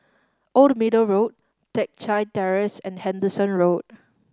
Old Middle Road Teck Chye Terrace and Henderson Road